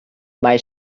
mae